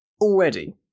Already